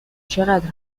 چقدر